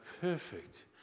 perfect